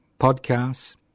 Podcasts